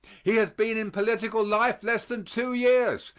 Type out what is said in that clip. he has been in political life less than two years.